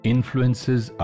Influences